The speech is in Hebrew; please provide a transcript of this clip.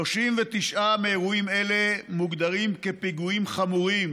39 מאירועים אלה מוגדרים כפיגועים חמורים,